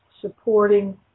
supporting